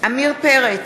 עמיר פרץ,